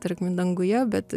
tarkim danguje bet